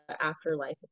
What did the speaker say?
afterlife